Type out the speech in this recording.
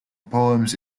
poems